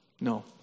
No